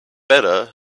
better